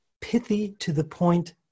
pithy-to-the-point